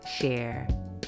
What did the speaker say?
share